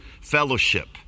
fellowship